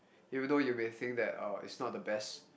even though you may think that it's not the best